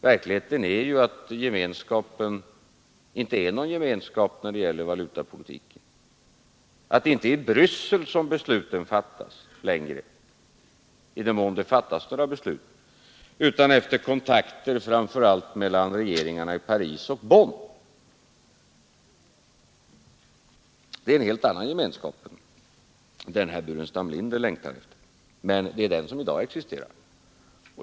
Verkligheten är ju att Gemenskapen inte är någon gemenskap när det gäller valutapolitiken, att det inte är i Bryssel besluten fattas längre — i den mån det fattas några beslut — utan efter kontakt framför allt mellan regeringarna i Paris och Bonn. Det är en helt annan gemenskap än den herr Burenstam Linder längtar efter, men det är den som i dag existerar.